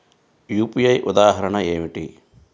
UPI ఉదాహరణ ఏమిటి?